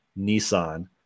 Nissan